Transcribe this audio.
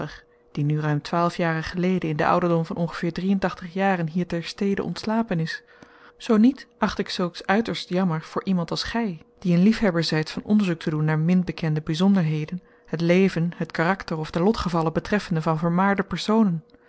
die nu ruim twaalf jaren geleden in den ouderdom van ongeveer drieëntachtig jaren hier ter stede ontslapen is zoo niet acht ik zulks uiterst jammer voor iemand als gij die een liefhebber zijt van onderzoek te doen naar min bekende bijzonderheden het leven het karakter of de lotgevallen betreffende van vermaarde personen